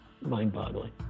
Mind-boggling